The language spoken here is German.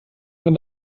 man